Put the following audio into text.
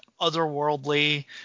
otherworldly